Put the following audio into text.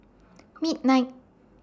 midnight